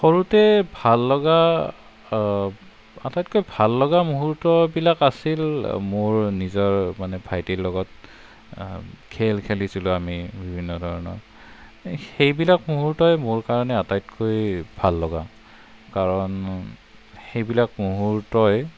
সৰুতে ভাল লগা আটাইতকৈ ভাল লগা মুহূৰ্তবিলাক আছিল মোৰ নিজৰ মানে ভাইটিৰ লগত খেল খেলিছিলো আমি বিভিন্ন ধৰণৰ এই সেইবিলাক মুহূৰ্তই মোৰ কাৰণে আটাইতকৈ ভাল লগা কাৰণ সেইবিলাক মুহূৰ্তই